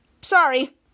sorry